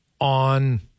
on